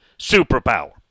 superpower